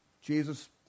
Jesus